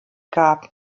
gab